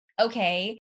okay